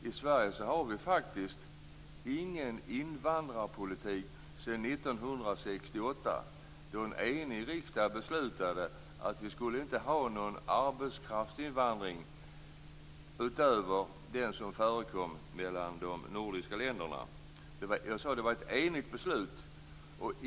I Sverige finns ingen invandrarpolitik sedan 1968, då en enig riksdag beslutade att det inte skulle finnas någon arbetskraftsinvandring utöver den som förekom mellan de nordiska länderna. Det var ett enigt beslut.